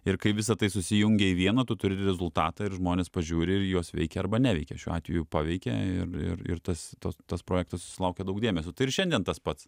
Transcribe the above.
ir kai visa tai susijungia į vieną tu turi rezultatą ir žmonės pažiūri ir juos veikia arba neveikia šiuo atveju paveikė ir ir ir tas tas tas projektas sulaukė daug dėmesio ir šiandien tas pats